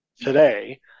today